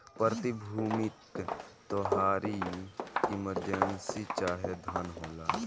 प्रतिभूति तोहारी इमर्जेंसी चाहे धन होला